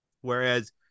Whereas